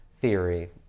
theory